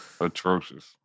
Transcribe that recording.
atrocious